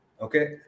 Okay